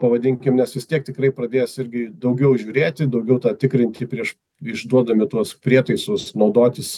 pavadinkim nes vis tiek tikrai pradės irgi daugiau žiūrėti daugiau tikrinti prieš išduodami tuos prietaisus naudotis